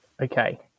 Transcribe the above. Okay